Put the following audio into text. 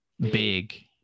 big